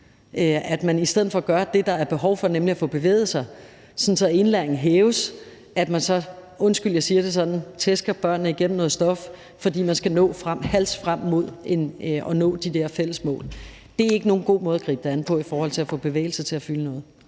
at man i stedet for at gøre det, der er behov for, nemlig at få bevæget sig, sådan at indlæringen hæves, så – undskyld, at jeg siger det sådan – tæsker børnene igennem noget stof, fordi man skal halse frem mod at nå de der fælles mål. Det er ikke nogen god måde at gribe det an på i forhold til at få bevægelse til at fylde noget.